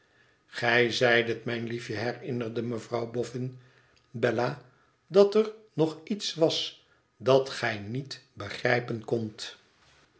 gij zeidet mijn liefje herinnerde mevrouw boffin bella t dat er nog iets was dat gij niet begrijpen kondt